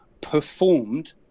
performed